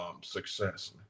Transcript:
success